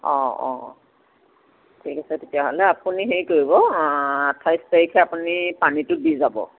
অঁ অঁ ঠিক আছে তেতিয়াহ'লে আপুনি হেৰি কৰিব আঠাইছ তাৰিখে আপুনি পানীটো দি যাব